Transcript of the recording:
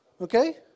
Okay